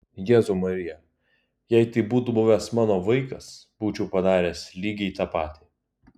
jėzau marija jei tai būtų buvęs mano vaikas būčiau padaręs lygiai tą patį